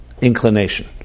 inclination